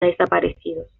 desaparecidos